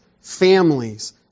families